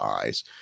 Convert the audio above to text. eyes